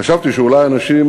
חשבתי שאולי אנשים